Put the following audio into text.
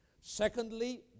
Secondly